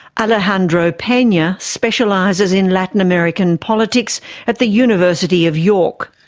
alejandro pena specialises in latin american politics at the university of york.